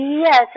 Yes